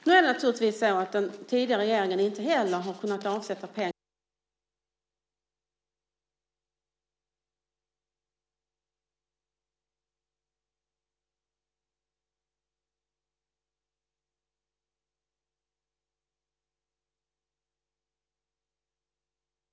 Men den tidigare socialdemokratiska regeringen har inte heller kunnat avsätta pengar till vägen.